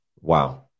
Wow